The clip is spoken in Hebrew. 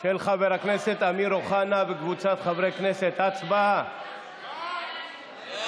את כל ראשי סיעות האופוזיציה, ולמיטב